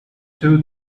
two